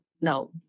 no